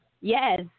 Yes